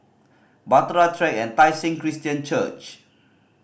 Bahtera Track and Tai Seng Christian Church